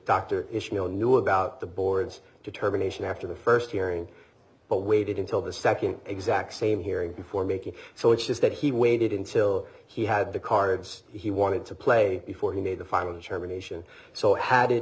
dr ishmael knew about the board's determination after the first hearing but waited until the second exact same hearing before making so it's just that he waited until he had the cards he wanted to play before he made the final determination so had it